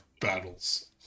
battles